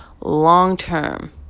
long-term